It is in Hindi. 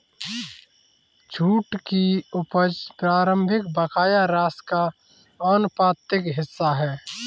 छूट की उपज प्रारंभिक बकाया राशि का आनुपातिक हिस्सा है